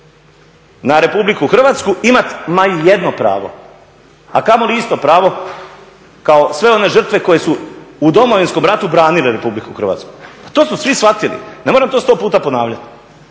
agresiju na RH imati ma i jedno pravo, a kamoli isto pravo kao sve one žrtve koje su u Domovinskom ratu branile RH, to su svi shvatili ne moram to sto puta ponavljati.